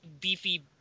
beefy